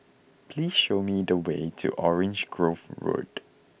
please show me the way to Orange Grove Road